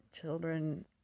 children